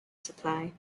supply